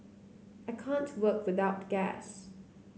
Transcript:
I can't work without gas